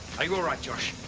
are you alright, josh?